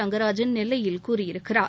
ரங்கராஜன் நெல்லையில் கூறியிருக்கிறார்